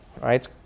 right